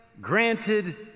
granted